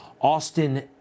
Austin